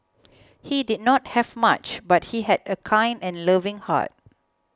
he did not have much but he had a kind and loving heart